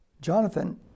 Jonathan